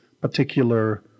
particular